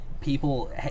people